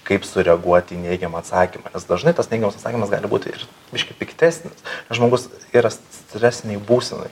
kaip sureaguoti į neigiamą atsakymą nes dažnai tas neigiamas atsakymas gali būti ir biškį piktesnis žmogus yra stresinėj būsenoj